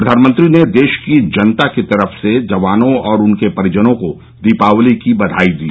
प्रधानमंत्री ने देश की जनताकी तरफ से जवानों और उनके परिजनों को दीपावली की बधाई दी